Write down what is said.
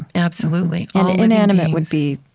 and absolutely and inanimate would be,